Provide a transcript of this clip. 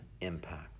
impact